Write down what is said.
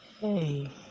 Hey